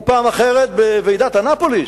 ופעם אחרת, בוועידת אנאפוליס,